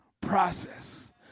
process